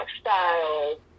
style